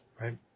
Right